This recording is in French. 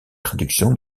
traductions